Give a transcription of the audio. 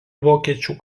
vokiečių